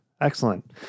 excellent